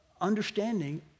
understanding